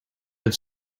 have